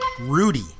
Rudy